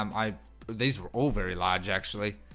um i these were all very large actually